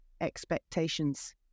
expectations